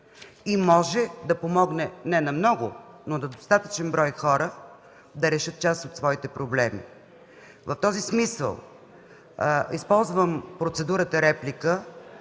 и може да помогне не на много, но на достатъчно брой хора да решат част от своите проблеми. В този смисъл използвам процедурата реплика,